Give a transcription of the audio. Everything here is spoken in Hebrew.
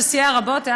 שסייע רבות,